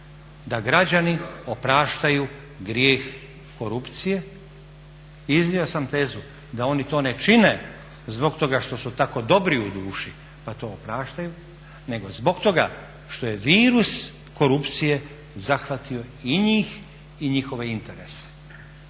da građani opraštaju grijeh korupcije. Iznio sam tezu da oni to ne čine zbog toga što su tako dobri u duši pa to opraštaju nego zbog toga što je virus korupcije zahvatio i njih i njihove interese.